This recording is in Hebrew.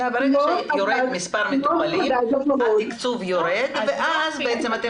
ברגע שיורד מספר המטופלים התקצוב יורד ואז אתם